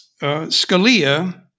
Scalia